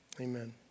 Amen